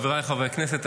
חבריי חברי הכנסת,